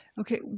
Okay